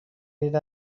این